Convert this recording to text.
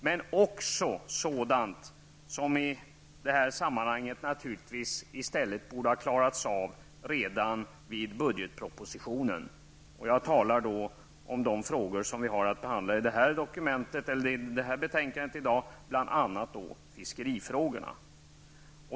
Men där fanns också sådant som i detta sammanhang naturligtvis borde ha klarats av redan i samband med budgetpropositionen -- jag talar då om de frågor som tas upp i detta betänkande, bl.a. fiskerifrågorna.